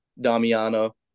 Damiano